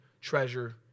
treasure